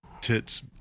tits